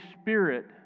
Spirit